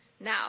Now